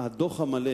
הדוח המלא